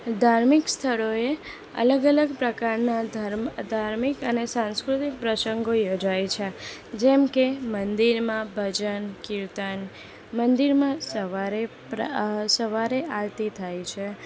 ધાર્મિક સ્થળોએ અલગ અલગ પ્રકારના ધાર્મ ધાર્મિક અને સાંસ્કૃતિક પ્રસંગો યોજાય છે જેમ કે મંદિરમાં ભજન કીર્તન મંદિરમાં સવારે પ્રા સવારે આરતી થાય છે